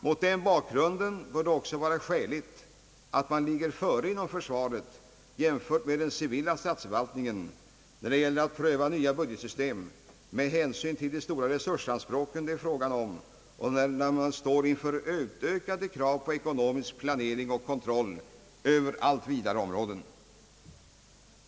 Mot den bakgrunden bör det också vara skäligt att man ligger före inom försvaret jämfört med den civila statsförvaltningen när det gäller att pröva nya budgetsystem med hänsyn till de stora resursanspråk det är fråga om och när man nu står inför utökade krav på ekonomisk planering och kontroll över allt vidare områden.